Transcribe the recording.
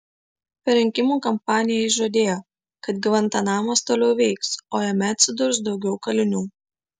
per rinkimų kampaniją jis žadėjo kad gvantanamas toliau veiks o jame atsidurs daugiau kalinių